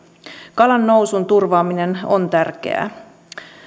kalan nousun turvaaminen on tärkeää